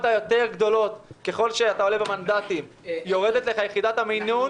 הגדולות יותר ככל שעולים במנדטים יורדת יחידת המימון,